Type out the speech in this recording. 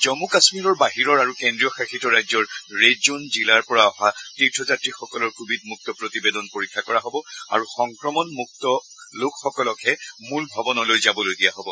জম্মু কাম্মীৰৰ বাহিৰৰ আৰু কেন্দ্ৰীয় শাসিত ৰাজ্যৰ ৰেড জন জিলাৰ পৰা অহা তীৰ্থযাত্ৰীসকলৰ কোৱিড মুক্ত প্ৰতিবেদন পৰীক্ষা কৰা হ'ব আৰু সংক্ৰমণমুক্ত লোকসকলকহে মূল ভৱনলৈ যাবলৈ দিয়া হ'ব